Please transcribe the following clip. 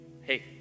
Hey